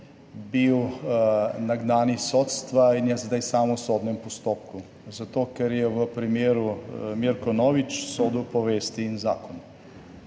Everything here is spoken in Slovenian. nagnan iz sodstva in je zdaj sam v sodnem postopku, zato ker je v primeru Milko Novič sodil po vesti in zakonu.